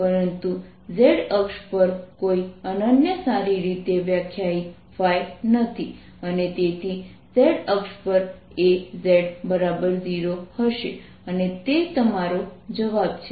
પરંતુ z અક્ષ પર કોઈ અનન્ય સારી રીતે વ્યાખ્યાયિત નથી અને તેથી z અક્ષ પર Az0 હશે અને તે તમારો જવાબ છે